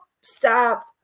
stop